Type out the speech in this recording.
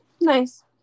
Nice